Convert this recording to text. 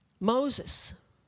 Moses